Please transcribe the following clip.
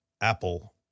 Apple